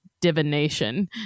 divination